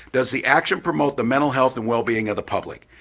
does the action promote the mental health and well being of the public?